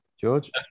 George